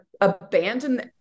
abandon